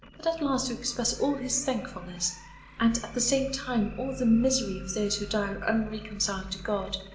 but at last to express all his thankfulness and, at the same time, all the misery of those who die unreconciled to god,